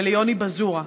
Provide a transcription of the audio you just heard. וליוני בזורה.